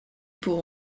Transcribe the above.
pour